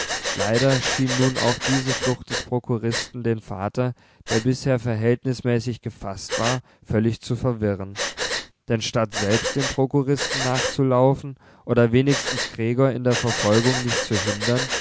leider schien nun auch diese flucht des prokuristen den vater der bisher verhältnismäßig gefaßt gewesen war völlig zu verwirren denn statt selbst dem prokuristen nachzulaufen oder wenigstens gregor in der verfolgung nicht zu hindern